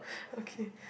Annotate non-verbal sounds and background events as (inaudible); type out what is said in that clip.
okay (breath)